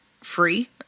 free